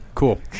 Cool